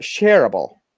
shareable